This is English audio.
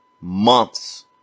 months